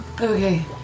Okay